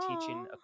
teaching